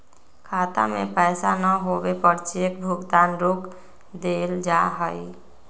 खाता में पैसा न होवे पर चेक भुगतान रोक देयल जा हई